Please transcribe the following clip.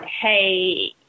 hey